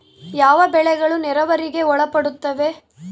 ಯಾವ ಬೆಳೆಗಳು ನೇರಾವರಿಗೆ ಒಳಪಡುತ್ತವೆ?